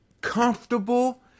comfortable